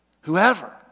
Whoever